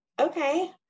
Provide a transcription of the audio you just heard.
Okay